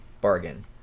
bargain